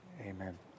amen